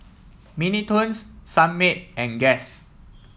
Mini Toons Sunmaid and Guess